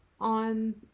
on